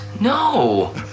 No